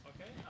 Okay